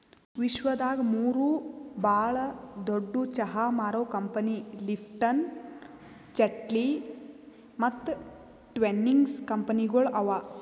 ವಿಶ್ವದಾಗ್ ಮೂರು ಭಾಳ ದೊಡ್ಡು ಚಹಾ ಮಾರೋ ಕಂಪನಿ ಲಿಪ್ಟನ್, ಟೆಟ್ಲಿ ಮತ್ತ ಟ್ವಿನಿಂಗ್ಸ್ ಕಂಪನಿಗೊಳ್ ಅವಾ